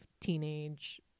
teenage